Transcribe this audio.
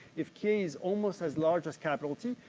if key is almost as large as capital t,